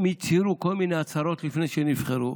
הם הצהירו כל מיני הצהרות לפני שנבחרו,